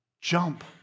jump